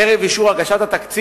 ערב אישור התקציב,